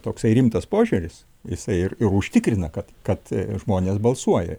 toksai rimtas požiūris jisai ir užtikrina kad kad žmonės balsuoja